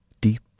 deep